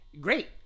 great